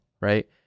right